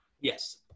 Yes